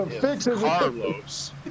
Carlos